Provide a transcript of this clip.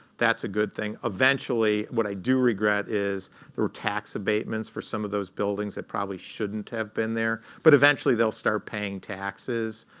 that's a good thing. eventually, what i do regret is there were tax abatements for some of those buildings that probably shouldn't have been there. but eventually, they'll start paying taxes.